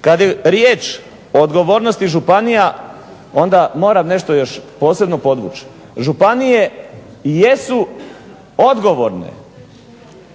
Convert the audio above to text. Kad je riječ o odgovornosti županija onda moram nešto još posebno podvući. Županije jesu odgovorne